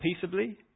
peaceably